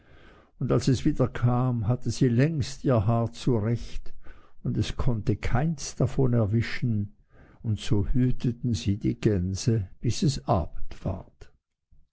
und als es wiederkam hatte sie längst ihr haar zurecht und es konnte keins davon erwischen und so hüteten sie die gänse bis es abend ward